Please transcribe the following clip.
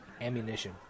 Ammunition